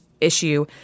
issue